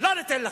לא ניתן לכם.